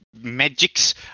magics